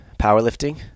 powerlifting